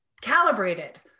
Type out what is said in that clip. Calibrated